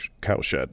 Cowshed